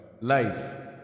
life